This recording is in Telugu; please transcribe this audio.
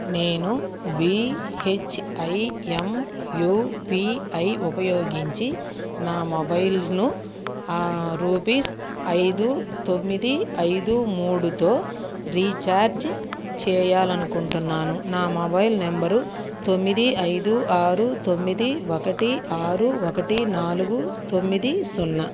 నేను B H I M U P I ఉపయోగించి నా మొబైల్ను రూపీస్ ఐదు తొమ్మిది ఐదు మూడుతో రీఛార్జ్ చేయాలి అనుకుంటున్నాను నా మొబైల్ నెంబరు తొమ్మిది ఐదు ఆరు తొమ్మిది ఒకటి ఆరు ఒకటి నాలుగు తొమ్మిది సున్నా